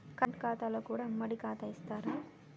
Current ఖాతాలో కూడా ఉమ్మడి ఖాతా ఇత్తరా?